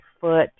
foot